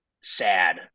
sad